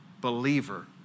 believer